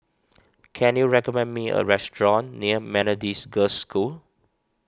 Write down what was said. can you recommend me a restaurant near Methodist Girls' School